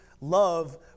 love